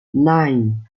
nine